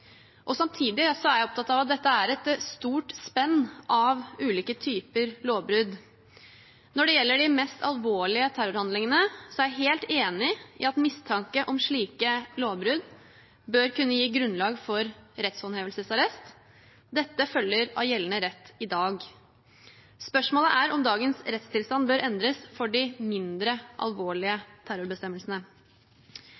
er jeg opptatt av at det er et stort spenn av ulike typer lovbrudd. Når det gjelder de mest alvorlige terrorhandlingene, er jeg helt enig i at mistanke om slike lovbrudd bør kunne gi grunnlag for rettshåndhevelsesarrest. Dette følger av gjeldende rett i dag. Spørsmålet er om dagens rettstilstand bør endres for de mindre alvorlige